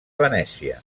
venècia